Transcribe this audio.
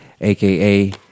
aka